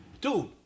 dude